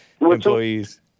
employees